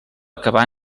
acabar